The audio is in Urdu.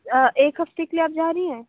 آ ایک ہفتے کے لیے آپ جا رہی ہیں